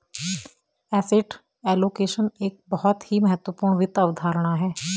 asset allocation एक बहुत ही महत्वपूर्ण वित्त अवधारणा है